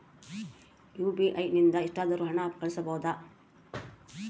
UPI ನಿಂದ ಎಷ್ಟಾದರೂ ಹಣ ಕಳಿಸಬಹುದಾ?